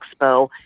expo